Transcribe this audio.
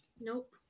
Nope